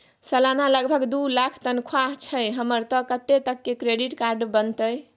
सलाना लगभग दू लाख तनख्वाह छै हमर त कत्ते तक के क्रेडिट कार्ड बनतै?